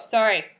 Sorry